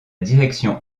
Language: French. direction